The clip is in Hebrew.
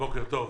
בוקר טוב.